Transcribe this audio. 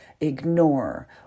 ignore